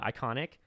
iconic